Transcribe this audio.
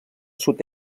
sud